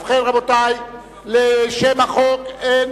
ובכן, לשם החוק אין